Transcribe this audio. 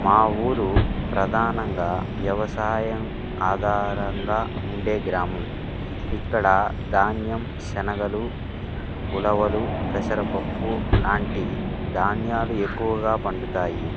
మా ఊరు ప్రధానంగా వ్యవసాయం ఆధారంగా ఉండే గ్రామం ఇక్కడ ధాన్యం శనగలు ఉలవలు పెసరపప్పు లాంటి ధాన్యాలు ఎక్కువగా పండుతాయి